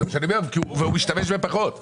הוא פחות מזיק,